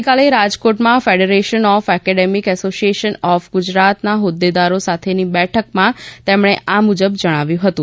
ગઇકાલે રાજકોટમાં federation of academic association of ગુજરાતના હોદ્દેદારો સાથેની બેઠકમાં તેમણે આ મુજબ જણાવ્યું હતું